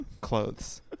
clothes